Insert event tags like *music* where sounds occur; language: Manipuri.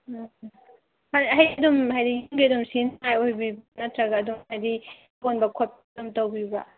ꯎꯝ ꯍꯥꯏꯗꯤ ꯑꯗꯨꯝ ꯍꯥꯏꯗꯤ ꯌꯨꯝꯒꯤ ꯑꯗꯨꯝ *unintelligible* ꯑꯣꯏꯕꯤꯕ꯭ꯔꯥ ꯅꯠꯇ꯭ꯔꯒ ꯑꯗꯨꯝ ꯍꯥꯏꯗꯤ *unintelligible* ꯈꯣꯠꯄ ꯑꯗꯨꯝ ꯇꯧꯕꯤꯕ꯭ꯔꯥ